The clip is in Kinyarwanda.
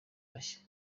bashya